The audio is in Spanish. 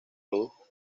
produjo